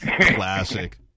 Classic